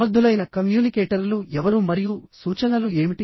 సమర్థులైన కమ్యూనికేటర్లు ఎవరు మరియు సూచనలు ఏమిటి